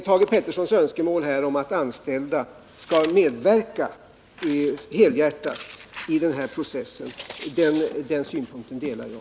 Thage Petersons önskemål om att anställda skall medverka helhjärtat i den processen delar jag.